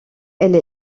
elle